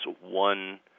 one